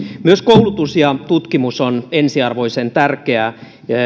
myös koulutus ja tutkimus on ensiarvoisen tärkeää